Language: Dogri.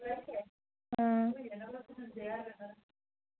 हां